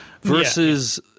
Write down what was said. versus –